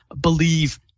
believe